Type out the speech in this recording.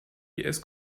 gps